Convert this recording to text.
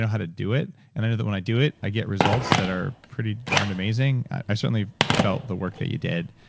how to do it, and and when i do it, i get results that are pretty darned amazing. i certainly felt the work that you did,